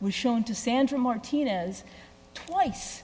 was shown to sandra martinez twice